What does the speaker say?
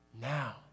now